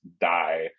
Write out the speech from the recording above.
die